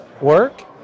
work